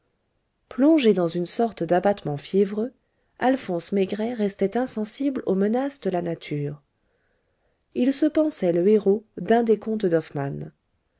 plongé dans une sorte d'abattement fiévreux alphonse maigret restait insensible aux menaces de la nature il se pensait le héros d'un des contes d'hoffmann